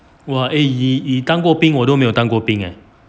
!wah! eh 你你当过兵我都没有当过兵 eh